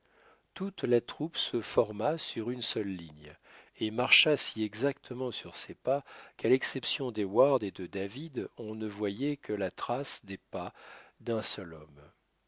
toute la troupe se forma sur une seule ligne et marcha si exactement sur ses pas qu'à l'exception d'heyward et de david on ne voyait que la trace des pas d'un seul homme